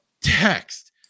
text